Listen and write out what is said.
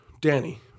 Danny